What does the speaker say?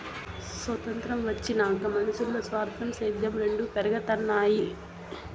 సొతంత్రం వచ్చినాక మనునుల్ల స్వార్థం, సేద్యం రెండు పెరగతన్నాయి